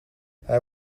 hij